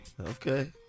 okay